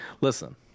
Listen